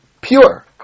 pure